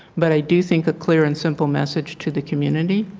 but i do think the clear and simple message to the community